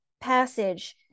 passage